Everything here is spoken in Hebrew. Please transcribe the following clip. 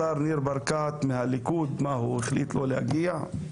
השר ניר ברקת מהליכוד, הוא החליט לא להגיע?